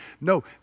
no